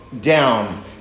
down